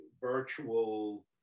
virtual